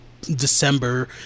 December